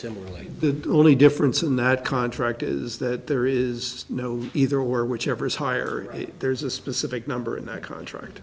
similarly the only difference in that contract is that there is no either or whichever is higher and there's a specific number in that contract